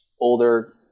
older